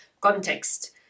context